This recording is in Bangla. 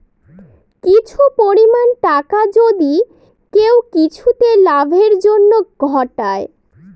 কিছু পরিমাণ টাকা যদি কেউ কিছুতে লাভের জন্য ঘটায়